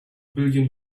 billion